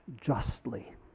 justly